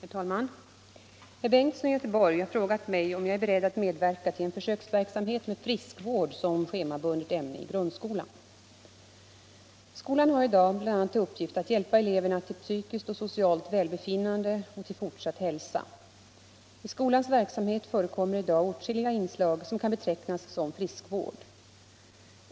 Herr talman! Herr Bengtsson i Göteborg har frågat mig om jag är beredd medverka till en försöksverksamhet med friskvård som schemabundet ämne i grundskolan. Skolan har i dag bl.a. till uppgift att hjälpa eleverna till psykiskt och socialt välbefinnande och till fortsatt hälsa. I skolans verksamhet förekommer i dag åtskilliga inslag som kan betecknas som ”friskvård”.